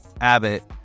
Abbott